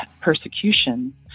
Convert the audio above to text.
persecution